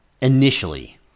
initially